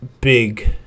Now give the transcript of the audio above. big